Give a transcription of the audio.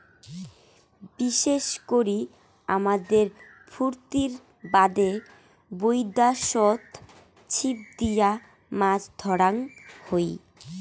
বিশেষ করি আমোদ ফুর্তির বাদে বৈদ্যাশত ছিপ দিয়া মাছ ধরাং হই